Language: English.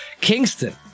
kingston